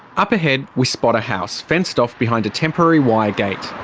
up ahead, we spot a house, fenced off behind a temporary wire gate.